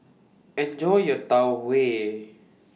Enjoy your Tau Huay